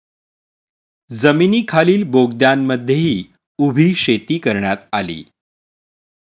जमिनीखालील बोगद्यांमध्येही उभी शेती करण्यात आली